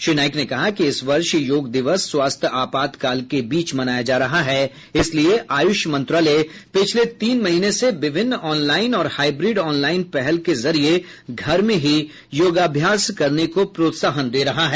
श्री नाइक ने कहा कि इस वर्ष योग दिवस स्वास्थ्य आपातकाल के बीच मनाया जा रहा है इसलिए आयुष मंत्रालय पिछले तीन महीने से विभिन्न ऑनलाइन और हाइब्रिड ऑनलाइन पहल के जरिए घर में ही योगाभ्यास करने को प्रोत्साहन दे रहा है